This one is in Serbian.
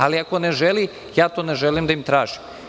Ali, ako ne želi, ja to ne želim da im tražim.